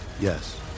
Yes